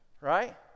Right